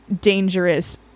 dangerous